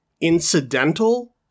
incidental